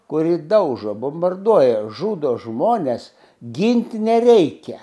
kurį daužo bombarduoja žudo žmones ginti nereikia